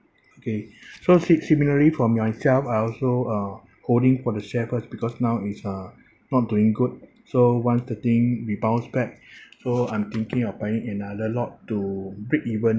okay so si~ similarly for myself I also uh holding for the share first because now is uh not doing good so once the things rebounds back so I'm thinking of buying another lot to break even